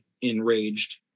enraged